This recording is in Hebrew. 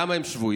למה הם שבויים?